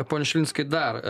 pone šilinskai dar